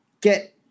get